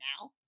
now